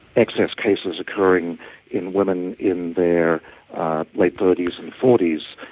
excess cases occurring in women in their late thirty s and forty s.